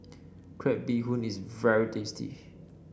Crab Bee Hoon is very tasty